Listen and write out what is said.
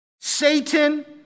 Satan